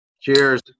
Cheers